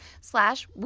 slash